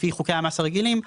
לפי חוקי המס הרגילים,